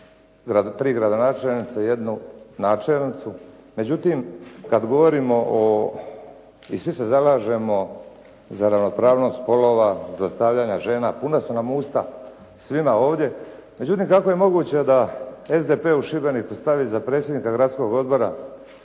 tri gradonačelnice i jednu načelnicu. Međutim, kad govorimo o i svi se zalažemo za ravnopravnost spolova, za stavljanje žena puna su nam usta svima ovdje, međutim kako je moguće da SDP u Šibeniku stavi za predsjednika gradskog odbora